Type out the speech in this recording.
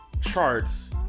charts